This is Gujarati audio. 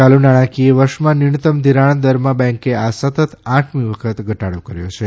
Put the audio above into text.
ચાલુ નાણાકીય વર્ષમાં ન્યુનતમ ધિરાણ દરમાં બેન્કે આ સતત આઠમી વખત ઘટાડો કર્યો છે